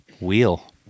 Wheel